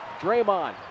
Draymond